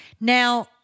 Now